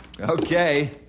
Okay